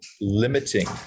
limiting